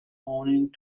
owing